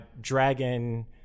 dragon